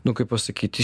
nu kaip pasakyt